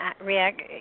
react